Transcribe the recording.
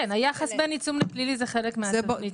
כן, היחס בין עיצום לפלילי זה חלק מהתוכנית.